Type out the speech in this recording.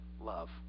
love